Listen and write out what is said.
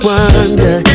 Wonder